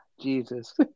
Jesus